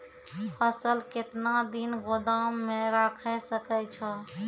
फसल केतना दिन गोदाम मे राखै सकै छौ?